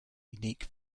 unique